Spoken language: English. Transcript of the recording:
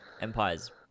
Empire's